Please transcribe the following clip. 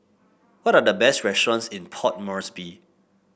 what are the best restaurants in Port Moresby